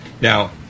Now